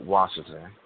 Washington